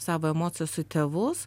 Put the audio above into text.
savo emocijas į tėvus